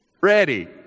ready